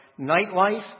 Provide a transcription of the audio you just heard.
nightlife